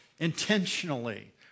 intentionally